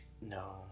No